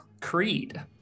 Creed